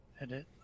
edit